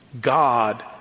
God